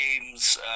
games